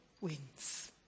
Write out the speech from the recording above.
wins